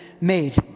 made